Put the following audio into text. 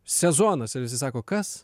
sezonas visi sako kas